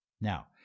Now